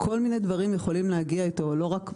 כל מיני דברים יכולים להגיע איתו לא רק מחלות,